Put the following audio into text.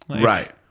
Right